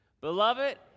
Beloved